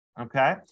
Okay